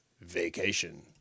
Vacation